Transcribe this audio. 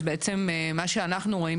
אז בעצם מה שאנחנו רואים,